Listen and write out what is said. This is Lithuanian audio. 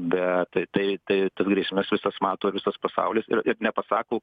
bet tai tai tai grėsmes visas mato visas pasaulis ir nepasako